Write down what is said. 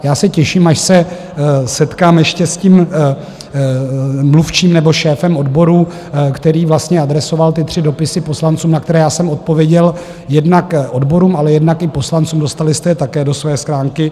Já se těším, až se setkám ještě s tím mluvčím nebo šéfem odboru, který vlastně adresoval ty tři dopisy poslancům, na které já jsem odpověděl, jednak odborům, ale jednak i poslancům, dostali jste je také do své schránky.